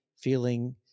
feeling